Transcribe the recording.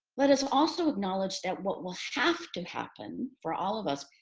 let us also acknowledge that what will have to happen for all of us,